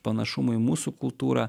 panašumų į mūsų kultūrą